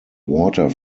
water